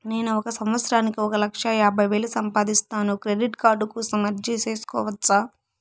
నేను ఒక సంవత్సరానికి ఒక లక్ష యాభై వేలు సంపాదిస్తాను, క్రెడిట్ కార్డు కోసం అర్జీ సేసుకోవచ్చా?